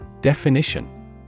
Definition